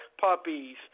puppies